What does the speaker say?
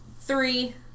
three